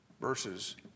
versus